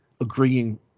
agreeing